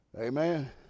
Amen